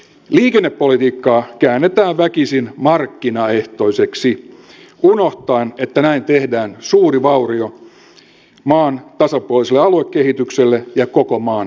liikennepolitiikkaa käännetään väkisin markkinaehtoiseksi unohtaen että näin tehdään suuri vaurio maan tasapuoliselle aluekehitykselle ja koko maan kilpailukyvylle